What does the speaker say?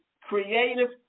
creative